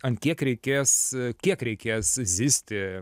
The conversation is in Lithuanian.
an kiek reikės kiek reikės zyzti